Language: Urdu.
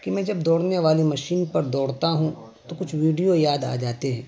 کہ میں جب دوڑنے والی مشین پر دوڑتا ہوں تو کچھ ویڈیو یاد آ جاتے ہیں